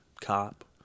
cop